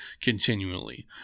continually